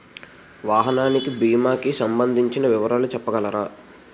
వాహనానికి భీమా కి సంబందించిన వివరాలు చెప్పగలరా?